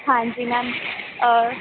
ਹਾਂਜੀ ਮੈਮ